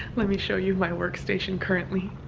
let me show you my workstation currently.